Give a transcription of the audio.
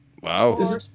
Wow